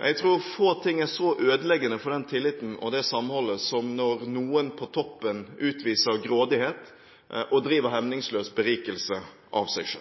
Jeg tror få ting er så ødeleggende for den tilliten og det samholdet som når noen på toppen utviser grådighet og driver hemningsløs berikelse av seg